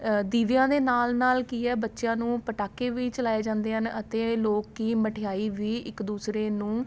ਦੀਵਿਆਂ ਦੇ ਨਾਲ ਨਾਲ ਕੀ ਹੈ ਬੱਚਿਆਂ ਨੂੰ ਪਟਾਕੇ ਵੀ ਚਲਾਏ ਜਾਂਦੇ ਹਨ ਅਤੇ ਲੋਕ ਮਠਿਆਈ ਵੀ ਇੱਕ ਦੂਸਰੇ ਨੂੰ